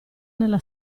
nella